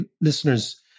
listeners